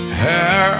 hair